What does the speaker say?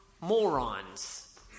morons